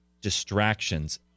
distractions